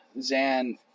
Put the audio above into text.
Zan